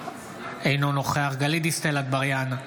אינו נוכח גלית דיסטל אטבריאן,